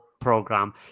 program